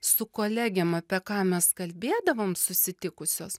su kolegėm apie ką mes kalbėdavom susitikusios